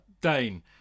Dane